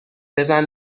بزن